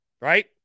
Right